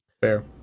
fair